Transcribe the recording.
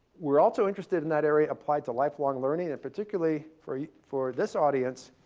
we're also interested in that area applied to lifelong learning. and particularly for for this audience,